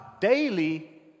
daily